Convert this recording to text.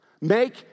Make